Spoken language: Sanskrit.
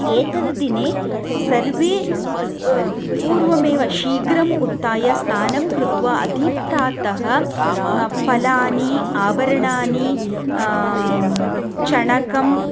एतद् दिने सर्वे पूर्वमेव शीघ्रम् उत्थाय स्नानं कृत्वा अधिप्रातः फलानि आभरणानि चणकम्